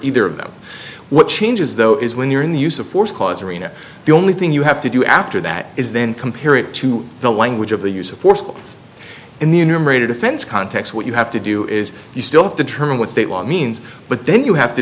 either about what changes though is when you're in the use of force cause arena the only thing you have to do after that is then compare it to the language of the use of force in the interim rated defense context what you have to do is you still have to determine what state law means but then you have to